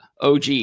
OG